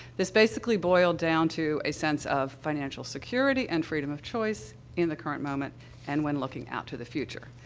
this basically boiled down to a sense of financial security and freedom of choice in the current moment and when looking out to the future.